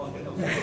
הוא מכין אותך.